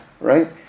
right